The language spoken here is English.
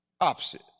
Opposite